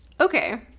Okay